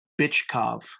Bichkov